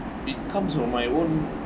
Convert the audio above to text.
it comes from my own